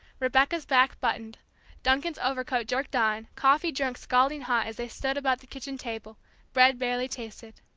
rebecca's back buttoned duncan's overcoat jerked on coffee drunk scalding hot as they stood about the kitchen table bread barely tasted.